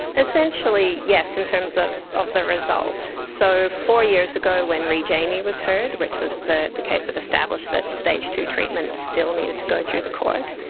essentially yes in terms of of the result. so, four years ago when re jamie was hurt, which was the the case that established that stage two treatment still needed to go through the court,